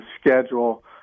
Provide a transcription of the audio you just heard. schedule